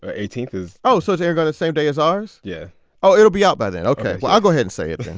ah eighteenth is. oh, so it's airing on same day as ours yeah oh, it'll be out by then. ok, well, i'll go ahead and say it, then.